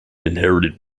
inherited